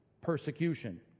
persecution